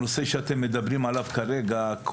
הנושא שאתם מדברים עליו כרגע,